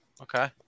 Okay